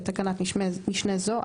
בתקנת משנה זו,